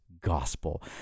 gospel